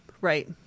right